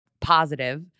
positive